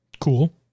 Cool